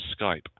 Skype